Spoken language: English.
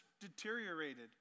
deteriorated